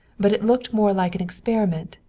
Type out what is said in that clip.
but it looked more like an experiment,